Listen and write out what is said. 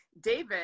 David